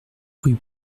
rue